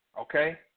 Okay